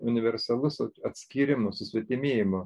universalus atskyrimo susvetimėjimo